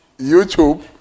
YouTube